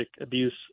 abuse